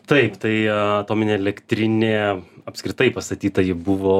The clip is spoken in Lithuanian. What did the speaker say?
taip tai atominė elektrinė apskritai pastatyta ji buvo